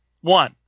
one